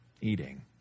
eating